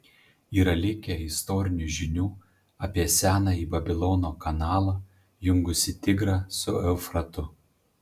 yra likę istorinių žinių apie senąjį babilono kanalą jungusį tigrą su eufratu